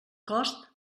cost